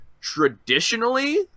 traditionally